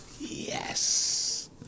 Yes